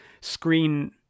screen